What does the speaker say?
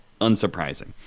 unsurprising